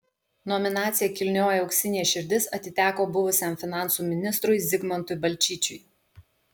nominacija kilnioji auksinė širdis atiteko buvusiam finansų ministrui zigmantui balčyčiui